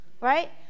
right